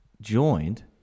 joined